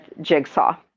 jigsaw